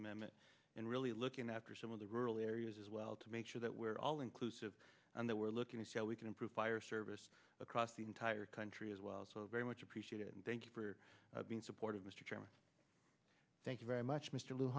amendment and really looking after some of the rural areas as well to make sure that we're all inclusive and that we're looking to see how we can improve fire service across the entire country as well as very much appreciated and thank you for being supportive mr chairman thank you very much mr l